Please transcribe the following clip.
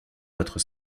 votre